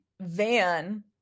Van